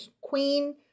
queen